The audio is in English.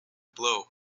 blow